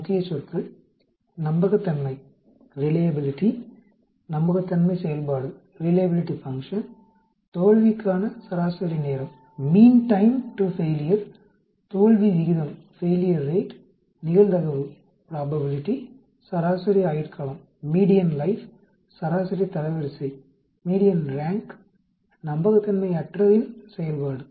முக்கியச்சொற்கள் நம்பகத்தன்மை நம்பகத்தன்மை செயல்பாடு தோல்விக்கான சராசரி நேரம் தோல்வி விகிதம் நிகழ்தகவு சராசரி ஆயுள்காலம் சராசரி தரவரிசை நம்பகத்தன்மையற்றதின் செயல்பாடு